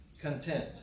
content